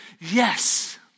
Yes